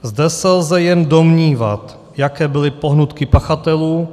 Zde se lze jen domnívat, jaké byly pohnutky pachatelů.